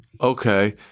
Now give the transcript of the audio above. Okay